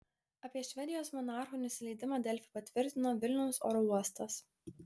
apie švedijos monarchų nusileidimą delfi patvirtino vilniaus oro uostas